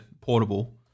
portable